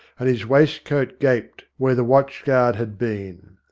and his waistcoat gaped where the watch-guard had been.